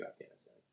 Afghanistan